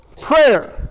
Prayer